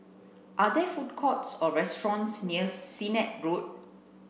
are there food courts or restaurants near Sennett Road